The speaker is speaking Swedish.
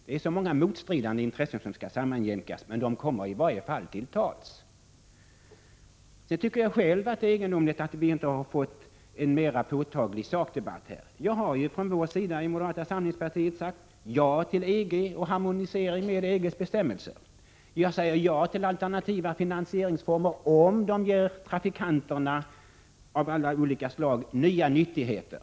Det är så många motstridiga intressen som skall sammanjämkas, men de kommer i varje fall till tals. Sedan tycker jag själv att det är egendomligt att vi inte har fått en mera påtaglig sakdebatt. Från moderata samlingspartiets sida har vi ju sagt ja till EG och till en harmonisering med EG:s bestämmelser. Vidare säger vi ja till alternativa finansieringsformer, om de ger de olika trafikanterna nya nyttigheter.